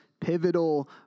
Pivotal